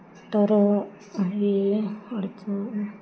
तर आहे अडचण